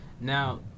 Now